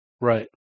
Right